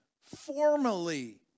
formally